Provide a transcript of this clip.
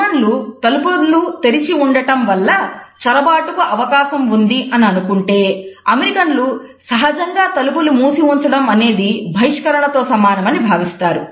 జర్మన్లు సహజంగా తలుపులు మూసి ఉంచడం అనేది బహిష్కరణ తో సమానమని భావిస్తారు